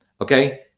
Okay